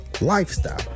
lifestyle